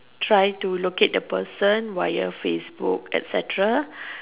try to locate the person via Facebook etcetera